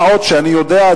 מה עוד שאני יודע,